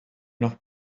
noch